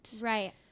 Right